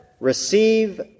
Receive